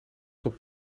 top